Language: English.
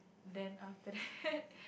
then after that